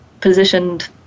positioned